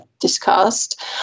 discussed